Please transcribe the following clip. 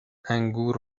انگور